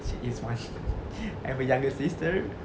she is one I have a younger sister